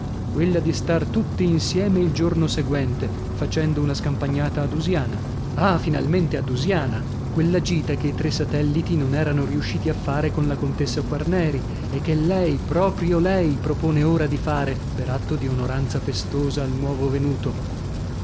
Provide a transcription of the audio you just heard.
quella di star tutti insieme il giorno seguente facendo una scampagnata a dusiana ah finalmente a dusiana quella gita che i tre satelliti non erano riusciti a fare con la contessa quarneri e che lei proprio lei propone ora di fare per atto di onoranza festosa al nuovo venuto